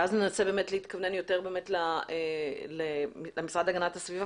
ואז ננסה להתכוונן למשרד להגנת הסביבה